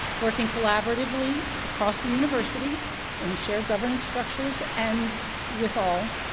working collaboratively across the university in the shared governance structures and with all,